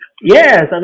Yes